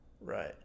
Right